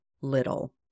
little